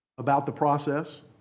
about the process,